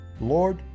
Lord